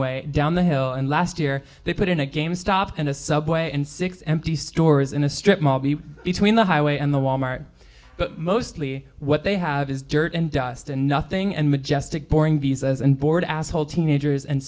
way down the hill and last year they put in a game stop and a subway and six empty stores in a strip mall be between the highway and the wal mart but mostly what they have is dirt and dust and nothing and majestic boring visas and bored asshole teenagers and